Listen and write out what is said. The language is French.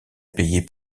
payer